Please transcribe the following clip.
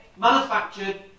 manufactured